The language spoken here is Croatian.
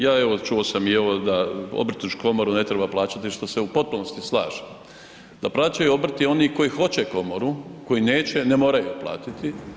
Ja evo čuo sam i ovo da Obrtničku komoru ne treba plaćati što se u potpunosti slažem, da plaćaju obrt i oni koji hoće komoru, koji neće ne moraju platiti.